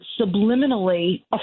subliminally